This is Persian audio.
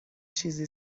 چیزی